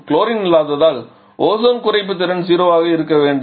chlorine இல்லாததால் ozone குறைப்பு திறன் 0 ஆக இருக்க வேண்டும்